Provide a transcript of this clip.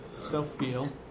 self-feel